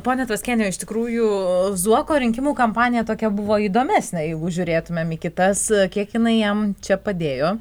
pone tuskeni iš tikrųjų zuoko rinkimų kampanija tokia buvo įdomesnė jeigu žiūrėtumėme į kitas kiek jinai jam čia padėjo